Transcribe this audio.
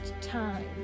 time